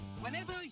Whenever